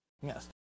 Yes